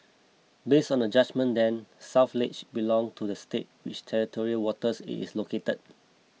based on the judgement then South Ledge belonged to the state which territorial waters it is located